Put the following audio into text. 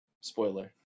Spoiler